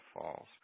falls